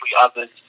others